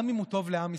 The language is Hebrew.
גם אם הוא טוב לעם ישראל.